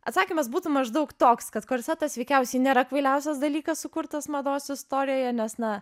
atsakymas būtų maždaug toks kad korsetas veikiausiai nėra kvailiausias dalykas sukurtas mados istorijoje nes na